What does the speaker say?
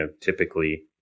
typically